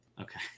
Okay